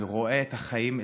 אני רואה את החיים,